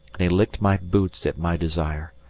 and he licked my boots at my desire,